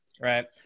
right